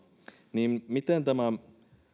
niin että miten tämä